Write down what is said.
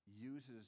uses